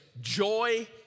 joy